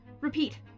Repeat